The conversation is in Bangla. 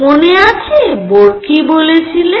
মনে আছে বোর কি বলেছিলেন